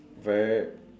very